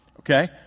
Okay